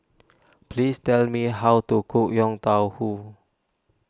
please tell me how to cook Yong Tau Foo